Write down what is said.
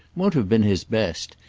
won't have been his best.